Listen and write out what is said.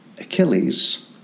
Achilles